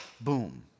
Boom